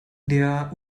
der